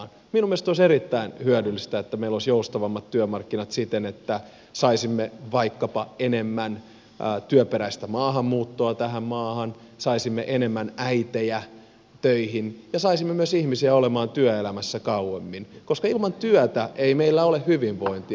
minun mielestäni olisi erittäin hyödyllistä että meillä olisi joustavammat työmarkkinat siten että saisimme vaikkapa enemmän työperäistä maahanmuuttoa tähän maahan saisimme enemmän äitejä töihin ja saisimme myös ihmisiä olemaan työelämässä kauemmin koska ilman työtä ei meillä ole hyvinvointia